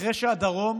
אחרי שהדרום